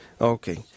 Okay